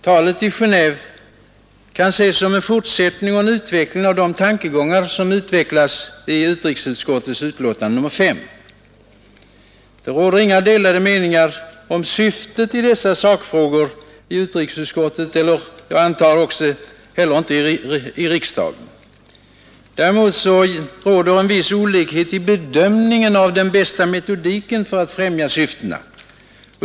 Talet i Gendve kan ses som en fortsättning på och utveckling av de tankegångar som framförs i utrikesutskottets betänkande nr 5. Det råder inga delade meningar om syftet i dessa sakfrågor i utrikesutskottet och, som jag antar, heller inte i riksdagen. Däremot råder viss olikhet i bedömningen av vad som är den bästa metodiken för att främja syftena.